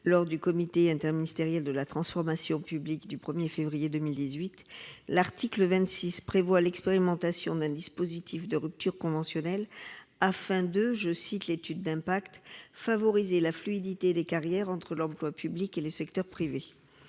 lors du comité interministériel de la transformation publique du 1 février 2018, l'article 26 prévoit l'expérimentation d'un dispositif de rupture conventionnelle visant, aux termes de l'étude d'impact, à favoriser la fluidité des carrières entre l'emploi public et le secteur privé.